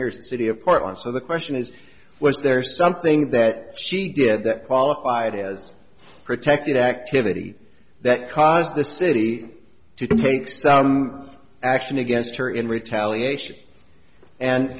nearest city of portland so the question is was there something that she did that qualified as protected activity that caused the city to take some action against her in retaliation and